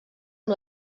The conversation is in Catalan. amb